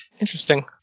Interesting